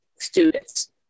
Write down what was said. students